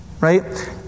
Right